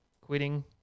quitting